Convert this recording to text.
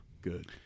Good